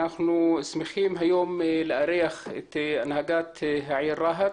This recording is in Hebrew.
אנחנו שמחים היום לארח את הנהגת העיר רהט